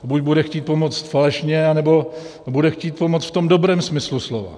Buď bude chtít pomoct falešně, nebo bude chtít pomoct v tom dobrém smyslu slova.